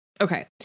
Okay